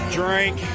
drink